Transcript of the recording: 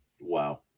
Wow